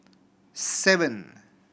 seven